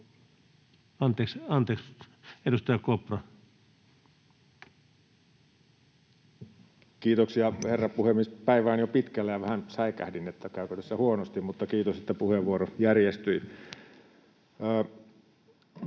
kysymys. — Kiitos. Kiitoksia, herra puhemies! Päivä on jo pitkällä ja vähän säikähdin, käykö tässä huonosti. Kiitos, että puheenvuoro järjestyi.